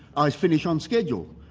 i finish on schedule,